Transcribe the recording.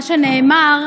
מה שנאמר,